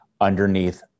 underneath